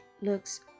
looks